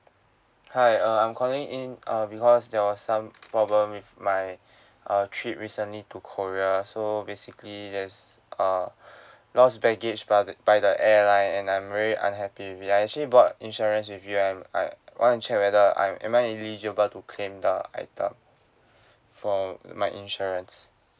hi uh I'm calling in uh because there was some problem with my uh trip recently to korea so basically there's ah lost baggage by the by the airline and I'm very unhappy we actually bought insurance with you I'm I want to check whether I'm am I eligible to claim the item for my insurance